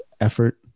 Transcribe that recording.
effort